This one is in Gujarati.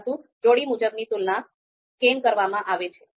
પરંતુ જોડી મુજબની તુલના કેમ કરવામાં આવે છે